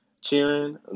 cheering